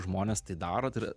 žmonės tai daro tai yra